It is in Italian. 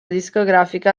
discografica